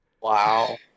Wow